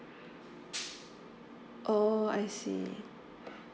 oh I see